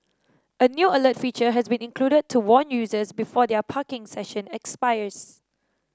a new alert feature has been included to warn users before their parking session expires